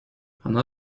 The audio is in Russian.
она